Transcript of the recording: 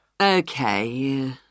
Okay